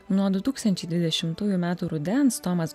nuo du tūkstančiai dvidešimtųjų metų rudens tomas